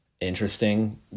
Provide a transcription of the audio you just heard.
interesting